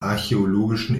archäologischen